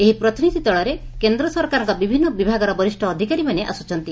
ଏହି ପ୍ରତିନିଧି ଦଳରେ କେନ୍ଦ୍ର ସରକାରଙ୍କ ବିଭିନୁ ବିଭାଗର ବରିଷ୍ ଅଧିକାରୀମାନେ ଆସୁଛନ୍ତି